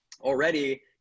already